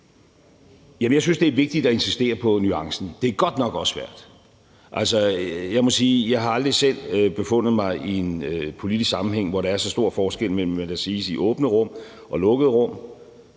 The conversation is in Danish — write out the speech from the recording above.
Jeg synes, det er vigtigt at insistere på nuancen. Det er godt nok også svært. Jeg må sige, at jeg aldrig selv har befundet mig i en politisk sammenhæng, hvor der er så stor forskel mellem, hvad der